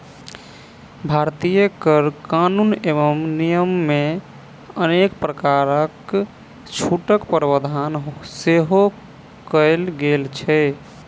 भारतीय कर कानून एवं नियममे अनेक प्रकारक छूटक प्रावधान सेहो कयल गेल छै